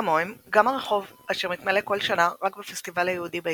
כמוהם גם הרחוב אשר מתמלא כל שנה רק בפסטיבל היהודי בעיר.